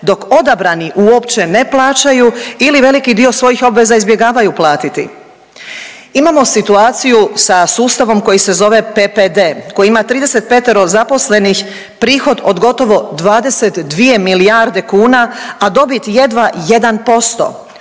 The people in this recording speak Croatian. dok odabrani uopće ne plaćaju ili veliki dio svojih obveza izbjegavaju platiti. Imamo situaciju sa sustavom koji se zove PPD koji ima 35 zaposlenih, prihod od gotovo 22 milijarde kuna, a dobit jedva